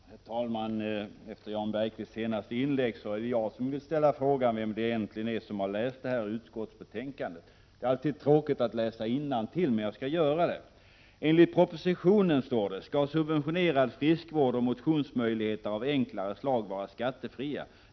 Herr talman! Efter Jan Bergqvists inlägg är det jag som vill ställa frågan vem det egentligen är som har läst det här utskottsbetänkandet. Det är alltid tråkigt att läsa innantill, men jag måste göra det: ”Enligt propositionen skall subventionerad friskvård och motionsmöjligheter av enklare slag vara skattefria.